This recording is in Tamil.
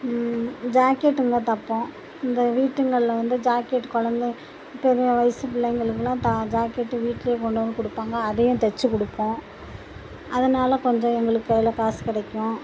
ஜாக்கெட்டுங்க தைப்போம் இந்த வீட்டுங்களில் வந்து ஜாக்கெட் குழந்த பெரிய வயசு பிள்ளைங்களுக்குலாம் தா ஜாக்கெட்டு வீட்டில் கொண்டு வந்து கொடுப்பாங்க அதையும் தைச்சிக் கொடுப்போம் அதனால் கொஞ்சம் எங்களுக்கு கையில் காசு கிடைக்கும்